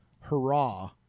hurrah